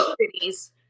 cities